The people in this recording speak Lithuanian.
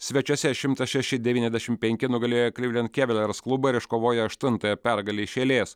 svečiuose šimtas šeši devyniasdešimt penki nugalėjo klivlendo kevijars klubą ir iškovojo aštuntąją pergalę iš eilės